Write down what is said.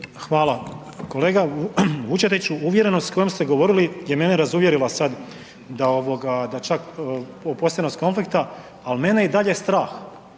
Hvala. Kolega Vučetiću, uvjerenost s kojom ste govorili je mene razuvjerila sad da ovoga da čak u postojanost konflikta, ali mene i dalje strah